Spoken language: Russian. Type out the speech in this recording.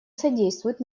содействуют